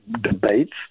debates